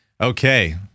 Okay